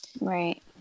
Right